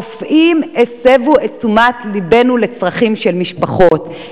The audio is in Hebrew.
הרופאים הסבו את תשומת לבנו לצרכים של משפחות,